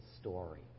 story